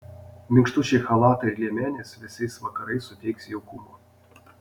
minkštučiai chalatai ir liemenės vėsiais vakarais suteiks jaukumo